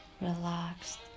relaxed